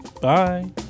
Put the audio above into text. Bye